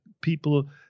people